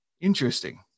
interesting